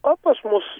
o pas mus